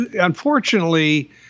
unfortunately